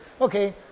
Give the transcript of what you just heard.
okay